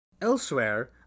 Elsewhere